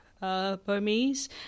Burmese